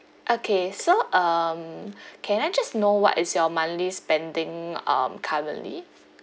okay so um can I just know what is your monthly spending um currently